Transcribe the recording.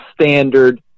standard